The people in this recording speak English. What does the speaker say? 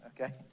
Okay